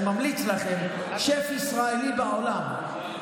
אני ממליץ לכם: שף ישראלי בעולם,